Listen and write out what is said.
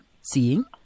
seeing